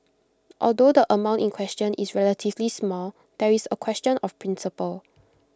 although the amount in question is relatively small there is A question of principle